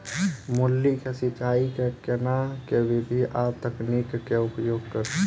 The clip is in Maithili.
मूली केँ सिचाई केँ के विधि आ तकनीक केँ उपयोग करू?